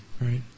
right